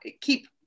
keep